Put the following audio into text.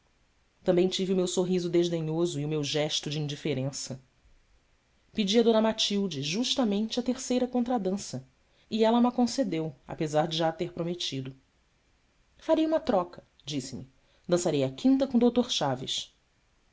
também tive o meu sorriso desdenhoso e o meu gesto de indiferença pedi a d matilde justamente a terceira contradança e ela ma concedeu apesar de já a ter prometido arei uma troca disse-me dançarei a quinta com o dr chaves